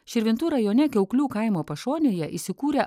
širvintų rajone kiauklių kaimo pašonėje įsikūrę